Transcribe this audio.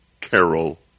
Carol